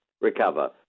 recover